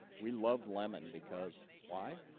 we love lemon because why